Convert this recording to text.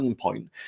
point